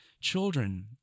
children